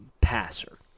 passer